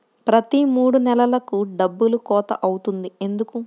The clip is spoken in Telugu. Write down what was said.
ప్రతి మూడు నెలలకు డబ్బులు కోత అవుతుంది ఎందుకు?